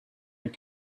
your